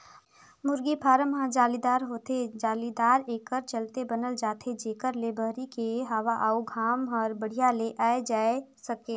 मुरगी फारम ह जालीदार होथे, जालीदार एकर चलते बनाल जाथे जेकर ले बहरी के हवा अउ घाम हर बड़िहा ले आये जाए सके